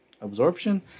absorption